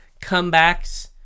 comebacks